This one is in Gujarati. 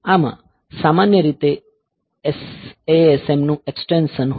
આમાં સામાન્ય રીતે asm નું એક્ષટેન્શન હોય છે Prog1